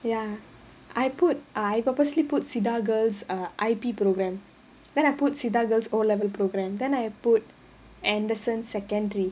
ya I put I purposely put cedar girls' err I_B programme then I put cedar girls' O level programme then I put anderson secondary